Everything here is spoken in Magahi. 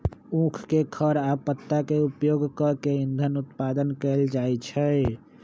उख के खर आ पत्ता के उपयोग कऽ के इन्धन उत्पादन कएल जाइ छै